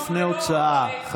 לפני הוצאה.